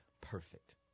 perfect